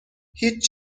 هیچ